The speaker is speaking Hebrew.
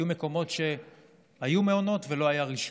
היו מקומות שבהם היו מעונות ולא היה רישום.